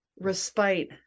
respite